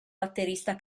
batterista